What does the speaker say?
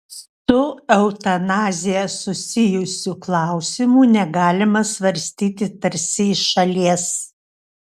su eutanazija susijusių klausimų negalima svarstyti tarsi iš šalies